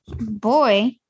Boy